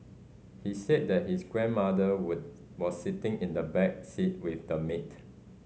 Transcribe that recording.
he said that his grandmother was was sitting in the back seat with the maid